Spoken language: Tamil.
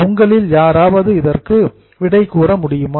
உங்களில் யாராவது இதற்கு விடை கூற முடியுமா